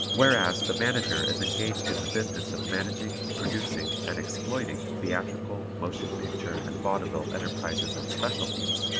whereas the manager is engaged in the business of managing, producing and exploiting theatrical, motion picture and vaudeville enterprises and specialties,